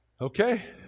Okay